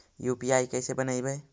UPI कैसे बनइबै?